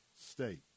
state